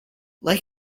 like